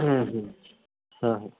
हूं हूं हाँ हाँ